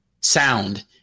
sound